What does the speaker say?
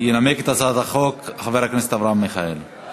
ינמק את הצעת החוק חבר הכנסת אברהם מיכאלי.